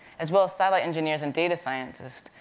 as well as satellite engineers and data scientists,